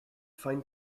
find